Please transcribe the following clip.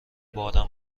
بارم